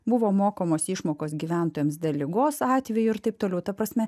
buvo mokamos išmokos gyventojams dėl ligos atvejų ir taip toliau ta prasme